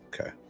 Okay